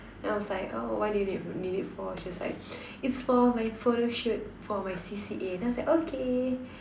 then I was like oh what do you need need it for she was like its for my photo shoot for my C_C_A then I was like okay